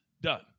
done